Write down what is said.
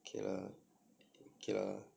okay err okay err